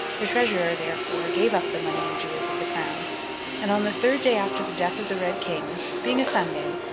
the treasurer, therefore, gave up the money and jewels of the crown and on the third day after the death of the red king, being a sunday,